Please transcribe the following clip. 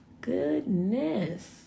goodness